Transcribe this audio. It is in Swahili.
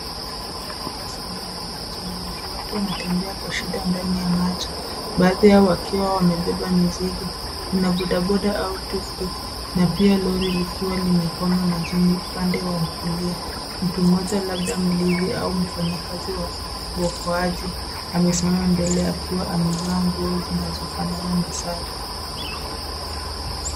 Barabara imefurika sana na maji mengi, watu wanatembea kwa shida ndani ya maji baadhi yao wakiwa wamebeba mizigo. Kuna bodaboda au tuktuk na pia lori likiwa limekwama majini upande wa kulia. Mtu mmoja labda mlinzi au mfanyakazi wa uokoaji amesimama mbele akiwa amevaa nguo zinazofanana na sare.